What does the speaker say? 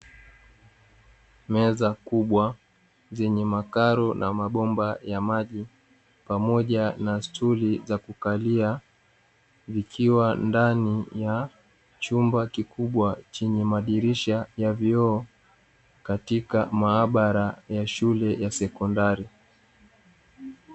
Meza kubwa zenye makaro na mabomba ya maji pamoja na stuli za kukalia, vikiwa ndani ya chumba kikubwa chenye madirisha ya vioo katika maabara ya shule ya sekondari.